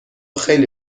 خیلی